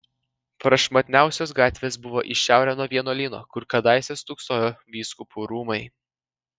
prašmatniausios gatvės buvo į šiaurę nuo vienuolyno kur kadaise stūksojo vyskupų rūmai